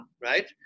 right